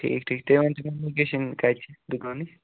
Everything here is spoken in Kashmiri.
ٹھیٖک ٹھیٖک تُہۍ ؤنۍتَو مےٚ لوکیشَن کَتہِ چھِ دُکانٕچ